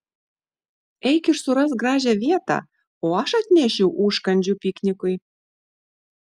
eik ir surask gražią vietą o aš atnešiu užkandžių piknikui